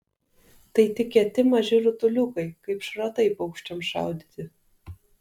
tai tik kieti maži rutuliukai kaip šratai paukščiams šaudyti